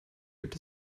gibt